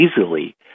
easily